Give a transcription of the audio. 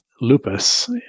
lupus